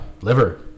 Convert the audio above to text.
liver